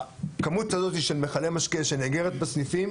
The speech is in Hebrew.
כמות הזאת של מכלי משקה שנאגרת בסניפים